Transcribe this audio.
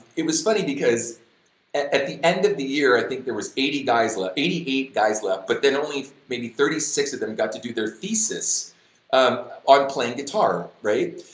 it was funny because at the end of the year, i think, there was eighty guys left, eighty-eight guys left but then only maybe thirty-six of them got to do their thesis um on playing guitar, right?